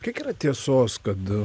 kiek yra tiesos kad